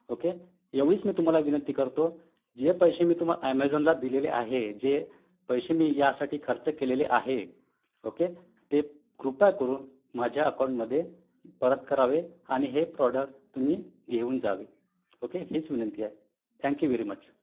okay एवढीच मी तुम्हाला विनंती करतो जे पैसे मी तुम्हा ॲमेझॉनला दिलेले आहे जे पैसे मी यासाठी खर्च केलेले आहे ओके ते कृपा करून माझ्या अकाउंटमध्ये परत करावे आणि हे प्रॉडक्ट तुम्ही घेवून जावे ओके हीच विनंती आहे थँक्यू व्हेरी मच